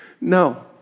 no